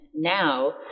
Now